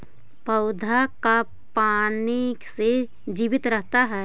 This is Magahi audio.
पौधा का पाने से जीवित रहता है?